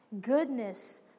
goodness